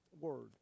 word